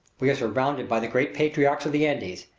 we are surrounded by the great patriarchs of the andes,